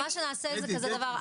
מה שנעשה זה כזה דבר,